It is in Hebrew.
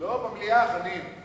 לא, במליאה, חנין.